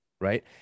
Right